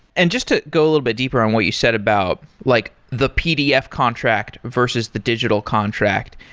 and just to go a little bit deeper on what you said about like the pdf contract versus the digital contract,